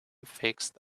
fixed